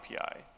API